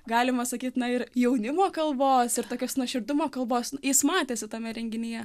galima sakyti na ir jaunimo kalbos ir tokios nuoširdumo kalbos jis matėsi tame renginyje